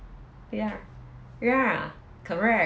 ya ya correct